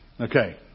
Okay